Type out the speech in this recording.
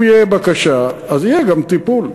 אם תהיה בקשה אז יהיה גם טיפול.